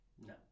No